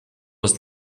was